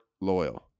loyal